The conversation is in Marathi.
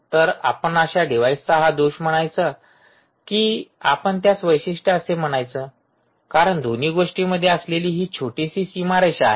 तर आपण अशा डिव्हाइसचा हा दोष म्हणायचं की आपण त्यास वैशिष्ट्य असे म्हणायचं कारण दोन्ही गोष्टीमध्ये असलेली हि छोटीसी सीमारेषा आहे